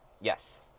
Yes